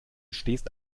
stehst